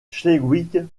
schleswig